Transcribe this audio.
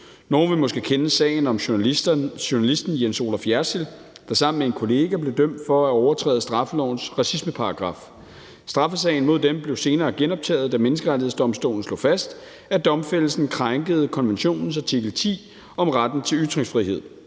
Nogle vil måske kende sagen om journalisten Jens Olaf Jersild, der sammen med en kollega blev dømt for at overtræde straffelovens racismeparagraf. Straffesagen mod dem blev senere genoptaget, da Menneskerettighedsdomstolen slog fast, at domfældelsen krænkede konventionens artikel 10 om retten til ytringsfrihed.